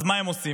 אז מה הם עושים?